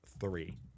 three